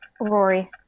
rory